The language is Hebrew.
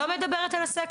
אני לא מדברת על הסקר.